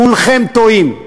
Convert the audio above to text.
כולכם טועים,